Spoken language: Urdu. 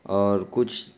اور کچھ